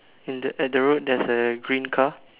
in the at the road there's a green car